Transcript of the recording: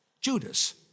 Judas